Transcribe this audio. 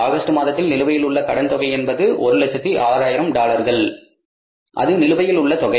August மாதத்தில் நிலுவையில் உள்ள கடன் தொகை என்பது 106000 டாலர்கள் அது நிலுவையில் உள்ள தொகை